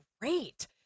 great